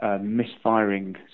misfiring